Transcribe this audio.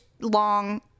long